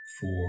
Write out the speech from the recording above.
four